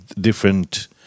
different